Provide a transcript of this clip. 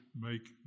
make